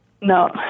No